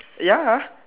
ya